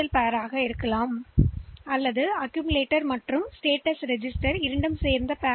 L பேர் மற்றும்தள்ள வேண்டும் திரட்டலுக்கு அக்கிமிலிட்டரி் மற்றும் நிலை ரெஜிஸ்டர்பேர்யை